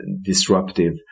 disruptive